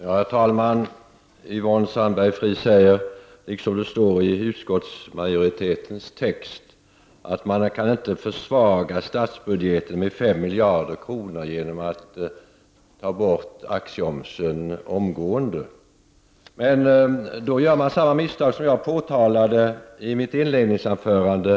Herr talman! Yvonne Sandberg-Fries sade, liksom det står i utskottsmajoritetens text, att man inte kan försvaga statsbudgeten med fem miljarder kronor genom att omgående ta bort omsättningsskatten på aktier. Men då gör man samma misstag som jag påtalade i mitt inledningsanförande.